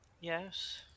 Yes